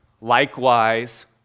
Likewise